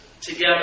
together